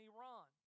Iran